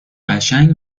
قشنگ